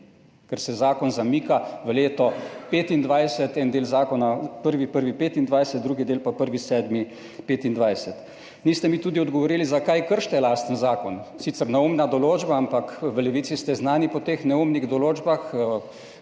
Ker se zakon zamika v leto 2025, en del zakona 1. 1. 2025, drugi del pa 1. 7. 2025. Niste mi tudi odgovorili, zakaj kršite lastni zakon. Sicer neumna določba, ampak v Levici ste znani po teh neumnih določbah,